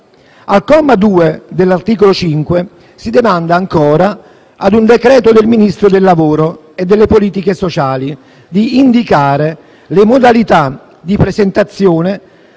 Al comma 2 dell'articolo 5 si demanda ancora a un decreto del Ministro del lavoro e delle politiche sociali di indicare le modalità di presentazione